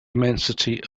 immensity